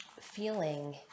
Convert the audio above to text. feeling